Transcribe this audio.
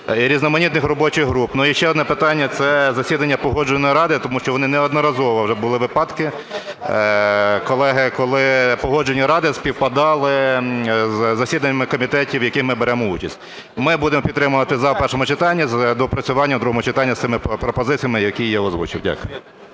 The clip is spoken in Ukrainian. різноманітних робочих груп. Ну, і ще одне питання – це засідання Погоджувальної ради, тому що вони неодноразово вже були випадки, колеги, коли Погоджувальні ради співпадали із засіданнями комітетів, в яких ми беремо участь. Ми будемо підтримувати "за" в першому читанні з доопрацюванням в другому читанні з цими пропозиціями, які я озвучив. Дякую.